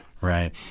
Right